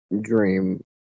dream